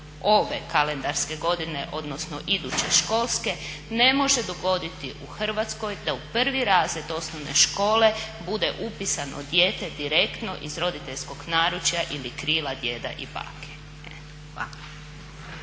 ove kalendarske godine, odnosno iduće školske ne može dogoditi u Hrvatskoj da u 1. razred osnovne škole bude upisano dijete direktno iz roditeljskog naručja ili krila djeda i bake.